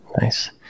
nice